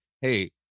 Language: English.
hey